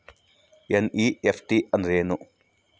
NEFT ಅಂದ್ರೆನು?